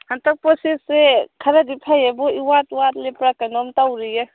ꯍꯟꯗꯛ ꯄꯣꯠꯁꯤꯠꯁꯦ ꯈꯔꯗꯤ ꯐꯩꯌꯦꯕꯨ ꯏꯋꯥꯠ ꯋꯥꯠꯂꯤꯗ ꯀꯩꯅꯣꯝ ꯇꯧꯔꯤꯌꯦ